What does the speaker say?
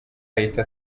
ahita